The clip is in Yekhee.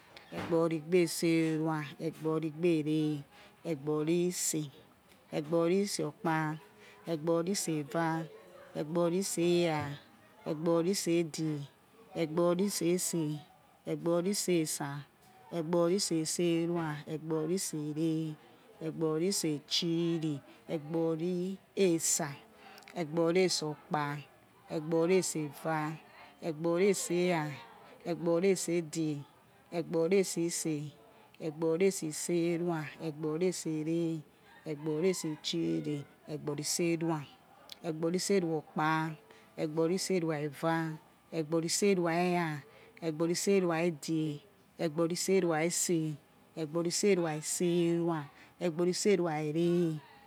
Egbor rigbe iseruwa, egbor rigbe ere̱, egbor rigbe ise̱, egbori ki ise̱ okpa, egbori ki ise eva, egbori ki ise era, egbori ki ise edge, egbori ki ise̱ ise̱, egbori ki isě esa̱, egbori ki ise̱ iserua̱, egbori ise e̱re̱, egbori ise̱ itchiri, egbori esa, egbori esa̱ okpa̱, egbori esa̱ okpa̱, egbori esa̱ eva̱, egbori esa era̱, egbori esa edge̱, egbori esa̱ ise̱, egbori esa iserua, egbori esa ere̱, egbori esa itchiri, egbori iserua, egbori iserua okpa, egbori iserua eva, egbori iserua era, egbori iserua edge̱, egbori iserua ise̱, egbori iserua iserua, egbori iserua ere̱